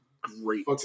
great